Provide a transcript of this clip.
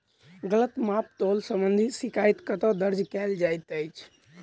गलत माप तोल संबंधी शिकायत कतह दर्ज कैल जाइत अछि?